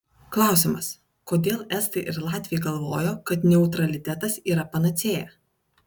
klausimas kodėl estai ir latviai galvojo kad neutralitetas yra panacėja